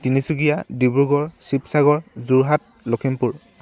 Tinsukia Dibrugarh Sivasagar Jorhat Lakhimpur